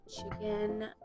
chicken